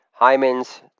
Hymens